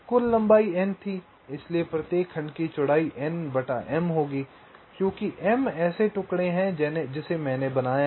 कुल लंबाई n थी इसलिए प्रत्येक खंड की चौड़ाई होगी क्योंकि m ऐसे टुकड़े हैं जिन्हें मैंने बनाया है